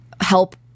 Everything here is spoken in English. help